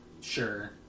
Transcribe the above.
Sure